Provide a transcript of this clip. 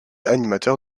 animateur